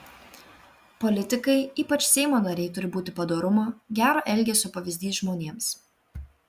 politikai ypač seimo nariai turi būti padorumo gero elgesio pavyzdys žmonėms